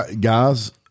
guys